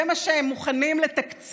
זה מה שהם מוכנים לתקצב.